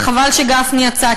וחבל שגפני יצא,